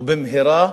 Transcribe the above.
ובמהרה,